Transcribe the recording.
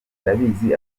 ndabizi